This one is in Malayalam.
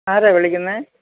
ആരാണു വിളിക്കുന്നത്